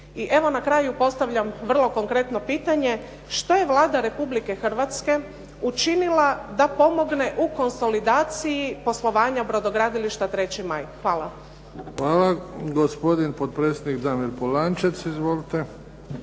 I evo na kraju postavljam vrlo konkretno pitanje. Što je Vlada Republike Hrvatske učinila da pomogne u konsolidaciji poslovanja brodogradilišta "3. maj"? Hvala. **Bebić, Luka (HDZ)** Hvala. Gospodin potpredsjednik Damir Polančec. Izvolite.